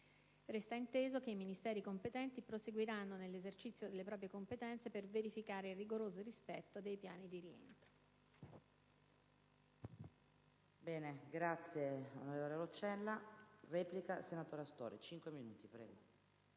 Resta inteso che i Ministeri competenti proseguiranno nell'esercizio delle proprie competenze per verificare il rigoroso rispetto dei piani di rientro.